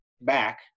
back